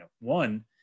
one